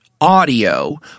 audio